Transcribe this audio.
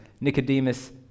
Nicodemus